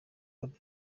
bobi